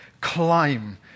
climb